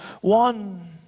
One